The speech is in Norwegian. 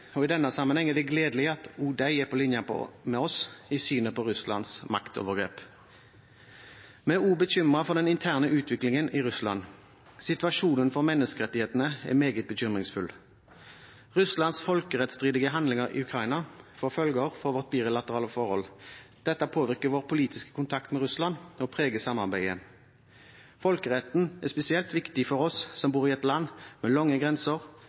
og i denne sammenheng er det gledelig at også de er på linje med oss i synet på Russlands maktovergrep. Vi er også bekymret for den interne utviklingen i Russland. Situasjonen for menneskerettighetene er meget bekymringsfull. Russlands folkerettsstridige handlinger i Ukraina får følger for vårt bilaterale forhold. Dette påvirker vår politiske kontakt med Russland og preger samarbeidet. Folkeretten er spesielt viktig for oss som bor i et land med lange grenser,